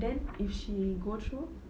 then if she go through